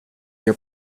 your